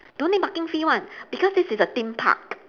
don't need parking fee one because this is a theme park